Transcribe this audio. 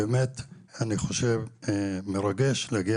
אני חושב שזה באמת מרגש להגיע